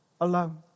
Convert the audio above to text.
alone